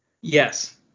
Yes